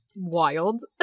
Wild